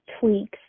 tweaks